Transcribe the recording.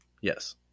Yes